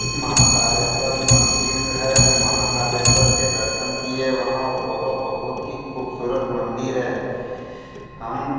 महाकालेश्वर मंदिर है महाकालेश्वर के दर्शन किए वहाँ वह बहुत ही ख़ूबसूरत मंदिर है हम